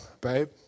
babe